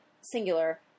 singular